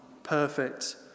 perfect